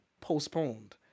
postponed